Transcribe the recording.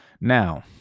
Now